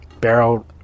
Barrel